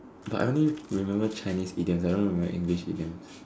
but I only remember Chinese idioms I don't remember English idioms